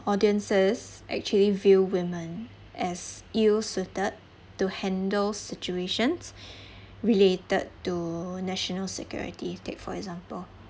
audiences actually view women as ill-suited to handle situations related to national security take for example